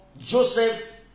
Joseph